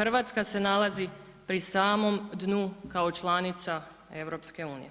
Hrvatska se nalazi pri samom dnu kao članica EU-a.